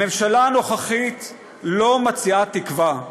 הממשלה הנוכחית לא מציעה תקווה.